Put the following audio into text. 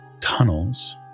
tunnels